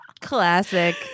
Classic